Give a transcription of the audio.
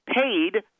paid